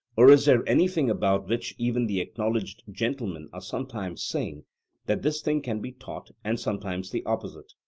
or is there anything about which even the acknowledged gentlemen are sometimes saying that this thing can be taught and sometimes the opposite?